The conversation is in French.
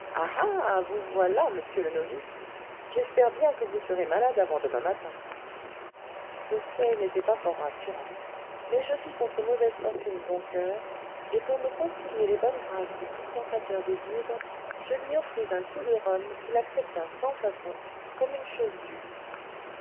vous voilà monsieur le novice j'espère bien que vous serez malade avant demain matin ce souhait n'était pas fort rassurant mais je fis contre fortune bon coeur et pour me concilier les bonnes grâces du dispensateur des vivres je lui offris un coup de rhum qu'il accepta sans façon comme une chose due